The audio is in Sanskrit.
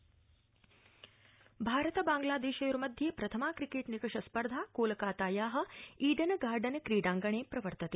भारत बांग्लादेश भारत बांग्लादेशयोर्मध्ये प्रथमा क्रिकेट् निकष स्पर्धा कोलकाताया ईडन गार्डन क्रीडाङगणे प्रवर्तते